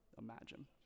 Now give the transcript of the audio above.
imagine